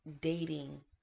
dating